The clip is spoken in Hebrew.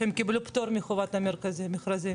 שקיבלו פטור מחובת המכרזים.